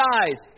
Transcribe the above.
eyes